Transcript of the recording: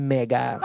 Mega